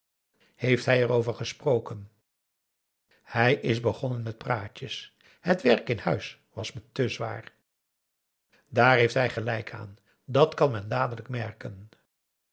heeft hij erover gesproken hij is begonnen met praatjes het werk in huis was me te zwaar daar heeft hij gelijk aan dat kan men dadelijk merken